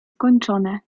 skończone